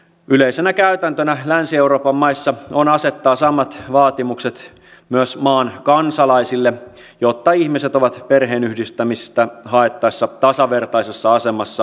yleisenä käytäntönä länsi euroopan maissa on asettaa samat vaatimukset myös maan kansalaisille jotta ihmiset ovat perheenyhdistämistä haettaessa tasavertaisessa asemassa statuksestaan riippumatta